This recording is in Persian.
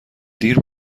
دیر